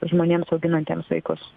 žmonėms auginantiems vaikus